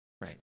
Right